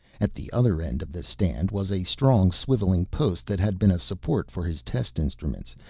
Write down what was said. at the other end of the stand was a strong, swiveling post that had been a support for his test instruments,